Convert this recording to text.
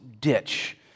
ditch